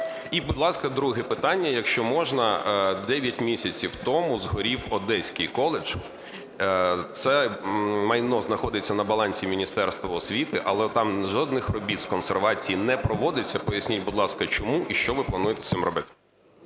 І, будь ласка, друге питання, якщо можна. 9 місяців тому згорів Одеський коледж, це майно знаходиться на балансі Міністерства освіти, але там жодних робіт з консервації не проводилось. Поясніть, будь ласка, чому, і що ви плануєте з цим робити?